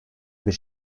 bir